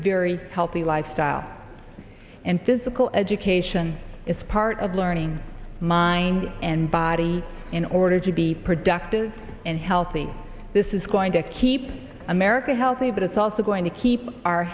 very healthy lifestyle and physical education is part of learning mind and body in order to be productive and healthy this is going to keep america healthy but it's also going to keep our